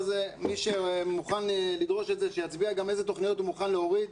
מי שמוכן לדרוש את זה שיצביע גם על איזה תכניות הוא מוכן להוריד.